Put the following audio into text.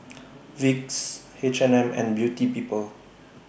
Vicks H and M and Beauty People